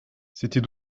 c’était